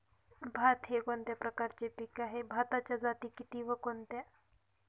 भात हे कोणत्या प्रकारचे पीक आहे? भाताच्या जाती किती व कोणत्या?